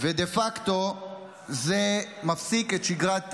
ודה פקטו זה מפסיק את שגרת חייהם.